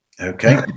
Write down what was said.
Okay